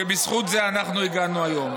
שבזכות זה אנחנו הגענו היום.